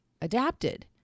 adapted